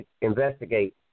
investigate